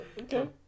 Okay